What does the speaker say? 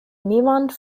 niemand